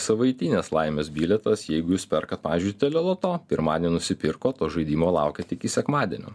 savaitinės laimės bilietas jeigu jūs perkat pavyzdžiui teleloto pirmadienį nusipirko to žaidimo laukiat iki sekmadienio